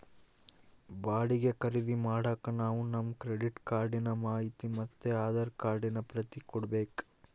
ಬಾಡಿಗೆ ಖರೀದಿ ಮಾಡಾಕ ನಾವು ನಮ್ ಕ್ರೆಡಿಟ್ ಕಾರ್ಡಿನ ಮಾಹಿತಿ ಮತ್ತೆ ಆಧಾರ್ ಕಾರ್ಡಿನ ಪ್ರತಿ ಕೊಡ್ಬಕು